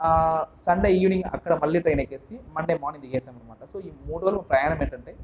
Sunday evening అక్కడ మళ్ళి train ఎక్కేసి మన్డే మార్నింగ్ దిగేశాం అనమాట సో ఈ మూడు రోజులు ప్రయాణం ఏంటంటే